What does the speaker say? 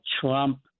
Trump